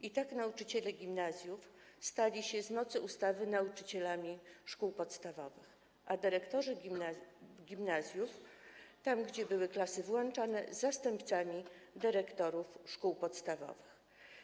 I tak nauczyciele gimnazjów stali się z mocy ustawy nauczycielami szkół podstawowych, a dyrektorzy gimnazjów tam, gdzie klasy były złączane, zastępcami dyrektorów szkół podstawowych.